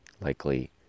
likely